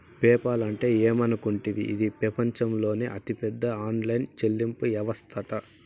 PayPal అంటే ఏమనుకుంటివి, ఇది పెపంచంలోనే అతిపెద్ద ఆన్లైన్ చెల్లింపు యవస్తట